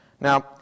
Now